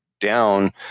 down